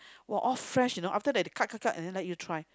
!wah! all fresh you know after that they cut cut cut and then let you try